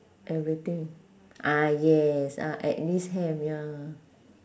everything ah yes ah at least have ya